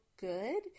good